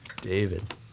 David